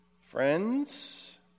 Friends